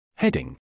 Heading